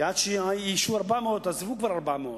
כי עד שאיישו 400 כבר עזבו 400,